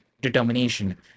determination